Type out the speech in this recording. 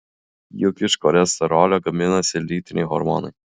juk iš cholesterolio gaminasi lytiniai hormonai